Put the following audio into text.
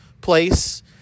place